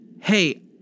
Hey